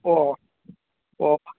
ꯑꯣ ꯑꯣ